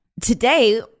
Today